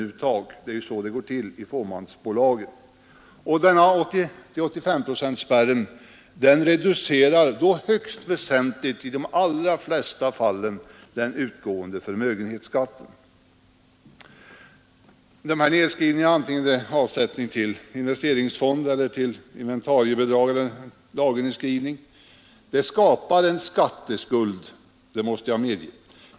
Det är så det går till i fåmansbolagen. Den 80—85-procentspärr som finns reducerar då högst väsentligt i de allra flesta fall den utgående förmögenhetsskatten. De här nedskrivningarna, vare sig det gäller avsättning till investeringsfond eller inventarieeller lagernedskrivning, skapar en skatteskuld, det måste jag medge.